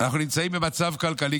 אנחנו נמצאים במצב כלכלי,